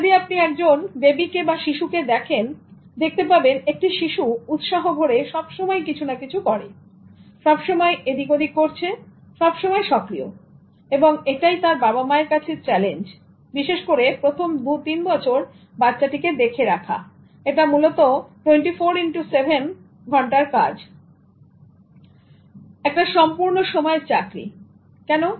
যদি আপনি একজন বেবিকে বা শিশুকে দেখেন দেখতে পাবেন একটি শিশু উৎসাহভরে সব সময় কিছু না কিছু করে সবসময় এদিক ওদিক করছে সবসময় সক্রিয় এবং এটাই তার বাবা মায়ের কাছে চ্যালেঞ্জ বিশেষ করে প্রথম 23 বছর বাচ্চাটিকে দেখে রাখা এটা মূলত 247ঘন্টার কাজ একটা সম্পূর্ণ সময়ের চাকরি কেন